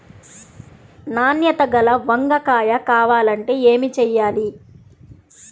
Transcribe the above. నాణ్యత గల వంగ కాయ కావాలంటే ఏమి చెయ్యాలి?